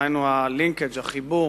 דהיינו החיבור